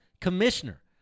commissioner